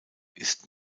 ist